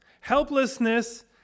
Helplessness